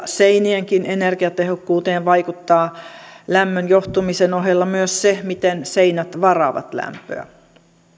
seinienkin energiatehokkuuteen vaikuttaa lämmön johtumisen ohella myös se miten seinät varaavat lämpöä